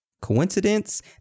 Coincidence